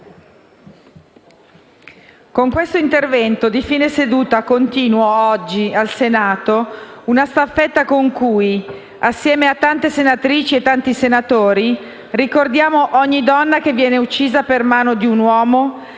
con questo intervento di fine seduta continua oggi al Senato una staffetta con cui, insieme a tante senatrici e a tanti senatori, ricordiamo ogni donna che viene uccisa per mano di un uomo